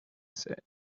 said